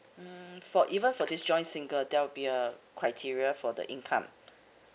mm even for his joints single there'll be a criteria for the income